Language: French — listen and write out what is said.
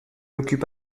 occupe